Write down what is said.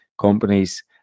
companies